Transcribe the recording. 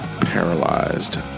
paralyzed